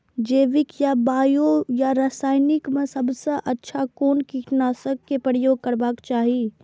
जैविक या बायो या रासायनिक में सबसँ अच्छा कोन कीटनाशक क प्रयोग करबाक चाही?